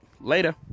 later